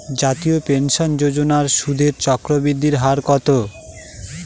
জাতীয় পেনশন যোজনার সুদের চক্রবৃদ্ধি হার কত?